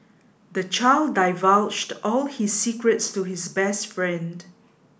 the child divulged all his secrets to his best friend